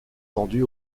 vendus